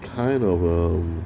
kind of a